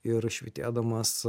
ir švytėdamas